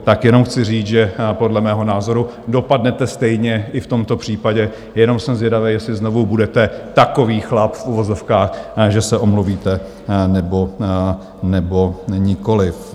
Tak jenom chci říct, že podle mého názoru dopadnete stejně i v tomto případě, jenom jsem zvědavý, jestli znovu budete takový chlap v uvozovkách, že se omluvíte, nebo nikoliv.